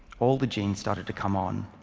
all the genes started to come on,